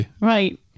right